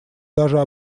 даже